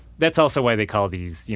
that's also why they call these, you